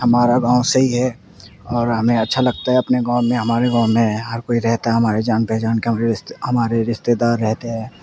ہمارا گاؤں سہی ہے اور ہمیں اچھا لگتا ہے اپنے گاؤں میں ہمارے گاؤں میں ہر کوئی رہتا ہے ہمارے جان پہچان کا ہمارے رشتے دار رہتے ہیں